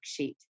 worksheet